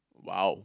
!wow!